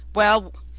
well,